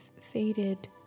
faded